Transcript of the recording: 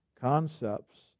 concepts